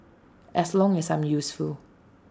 as long as I'm useful